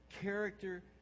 character